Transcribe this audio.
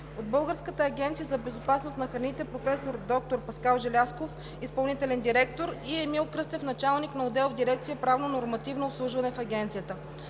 от Българската агенция по безопасност на храните: професор доктор Паскал Желязков – изпълнителен директор, и Емил Кръстев – началник на отдел в дирекция „Правно-нормативно обслужване“ в Агенцията.